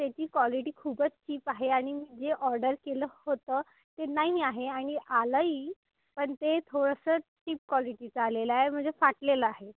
त्याची क्वालिटी खूपच चिप आहे आणि जे ऑर्डर केलं होतं ते नाही आहे आणि आलं ही पण ते थोडंसं चिप क्वालिटीचं आलेलं आहे म्हणजे फाटलेलं आहे